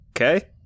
Okay